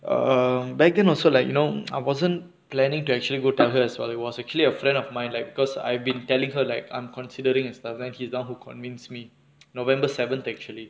err back then also like you know I wasn't planning to actually good ah has well it was actually a friend of mine like because I've been telling her like I'm considering and stuff then he's the who convinced me november seventh actually